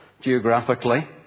geographically